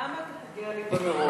למה אתה פוגע לי במרוץ?